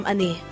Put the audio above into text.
Ani